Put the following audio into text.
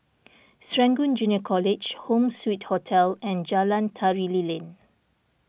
Serangoon Junior College Home Suite Hotel and Jalan Tari Lilin